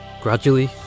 gradually